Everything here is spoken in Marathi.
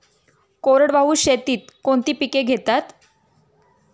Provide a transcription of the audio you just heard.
कोरडवाहू शेतीत कोणती पिके घेतात?